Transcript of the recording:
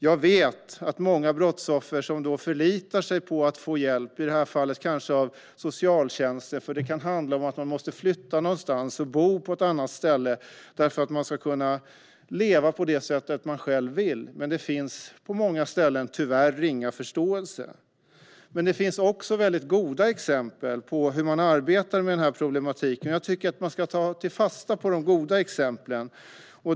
Jag vet att många brottsoffer förlitar sig på att få hjälp kanske av socialtjänsten, eftersom det kan handla om att man måste flytta och bo på ett annat ställe för att kunna leva på det sätt man själv vill. Men på många ställen är tyvärr förståelsen ringa. Det finns också goda exempel på hur man arbetar med problemen, och jag tycker att vi ska ta fasta på de goda exemplen.